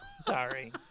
Sorry